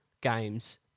games